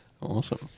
Awesome